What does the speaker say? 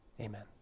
Amen